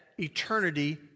Eternity